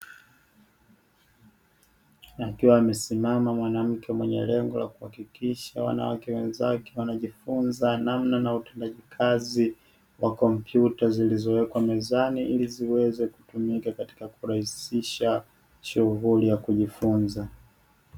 Akiwa amesimama, mwanamke mwenye lengo la kuhakikisha wanawake wenzake wanajifunza namna na utendaji kazi wa kompyuta zilizowekwa mezani ili ziweze kutumika katika kurahisisha shughuli ya kujifunza.